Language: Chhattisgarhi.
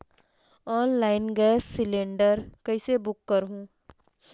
ऑनलाइन गैस सिलेंडर कइसे बुक करहु?